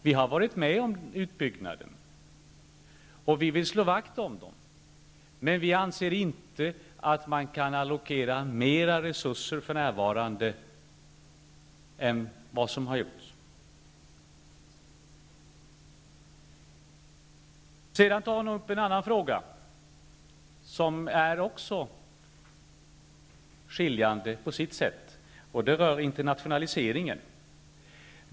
Vi har varit med om utbyggnaden av dem. Vi vill slå vakt om dem, men vi anser inte att man kan allokera mer resurser för närvarande än vad som har föreslagits. Berit Löfstedt tog upp en annan fråga som på sitt sätt också är åtskiljande. Det rör internationaliseringen.